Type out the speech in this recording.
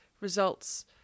results